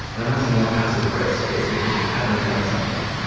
then that's a more passive risk, it's because we haven't done something.